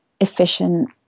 efficient